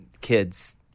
kids